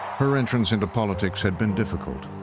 her entrance into politics had been difficult,